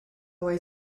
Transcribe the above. away